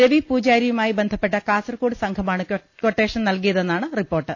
രവി പൂജാരിയുമായി ബന്ധപ്പെട്ട കാസർകോട് സംഘമാണ് ക്വട്ടേഷൻ നൽകിയതെന്നാണ് റിപ്പോർട്ട്